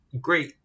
great